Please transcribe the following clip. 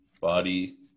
Body